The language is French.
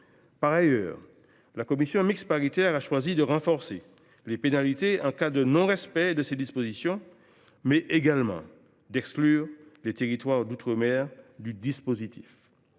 Par ailleurs, la commission mixte paritaire a choisi de renforcer les pénalités en cas de non respect de ces dispositions, mais également d’exclure les territoires d’outre mer de leur